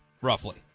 roughly